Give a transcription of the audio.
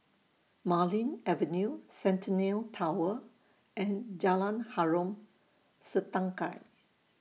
Marlene Avenue Centennial Tower and Jalan Harom Setangkai